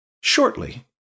shortly